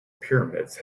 pyramids